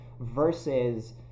versus